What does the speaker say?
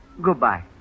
Goodbye